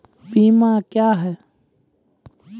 बीमा क्या हैं?